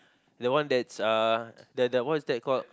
the one that's uh the the what's that called